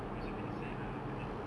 it was a bit sad lah but then